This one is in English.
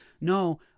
No